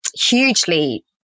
hugely